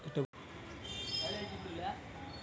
స్వల్పకాలిక మరియు దీర్ఘకాలిక డిపోజిట్స్లో వడ్డీ రేటు ఎంత?